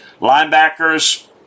Linebackers